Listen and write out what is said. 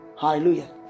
Hallelujah